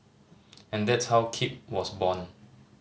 and that's how Keep was born